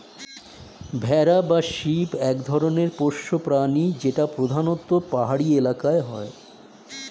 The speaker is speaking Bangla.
ভেড়া বা শিপ এক ধরনের পোষ্য প্রাণী যেটা প্রধানত পাহাড়ি এলাকায় হয়